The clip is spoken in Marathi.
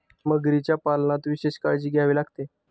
मगरीच्या पालनात विशेष काळजी घ्यावी लागते